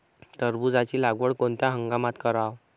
टरबूजाची लागवड कोनत्या हंगामात कराव?